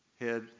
head